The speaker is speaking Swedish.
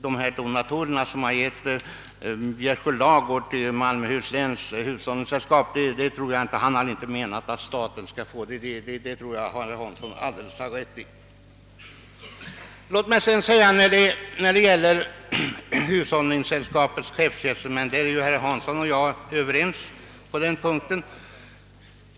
Den donator som givit en gåva till Malmöhus läns hushållningssällskap har inte menat att staten skall få den — det tror jag att herr Hansson har rätt i. När det gäller hushållningssällskapets chefstjänstemän är ju herr Hansson i Skegrie och jag överens.